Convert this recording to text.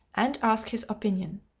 and ask his opinion.